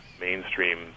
mainstream